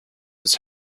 his